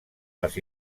les